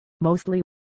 Mostly